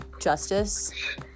justice